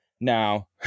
now